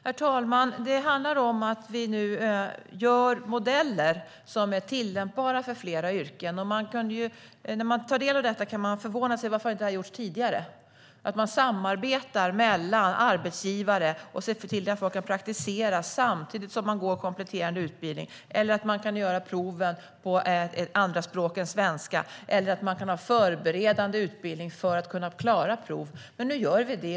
Herr talman! Det handlar om att vi nu gör modeller som är tillämpbara för flera yrken. När man tar del av detta kan man förvånas över att detta inte har gjorts tidigare, alltså att man samarbetar mellan arbetsgivare och ser till att folk kan praktisera samtidigt som de går kompletterande utbildning, att de kan göra proven på andra språk än svenska eller att de kan gå en förberedande utbildning för att kunna klara proven. Men nu gör vi detta.